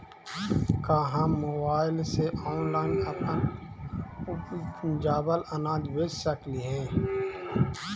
का हम मोबाईल से ऑनलाइन अपन उपजावल अनाज बेच सकली हे?